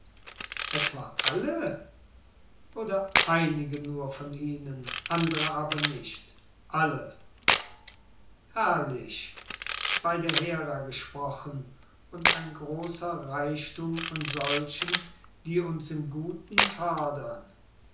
etwa alle oder einige nur von ihnen andere aber nicht alle herrlich bei der hera gesprochen und ein großer reichtum von solchen die uns im guten fördern